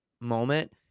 moment